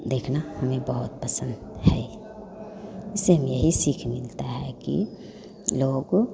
देखना हमें बहुत पसंद है इससे हमें यही सीख मिलता है कि लोगों को